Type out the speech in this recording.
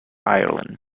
ireland